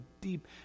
deep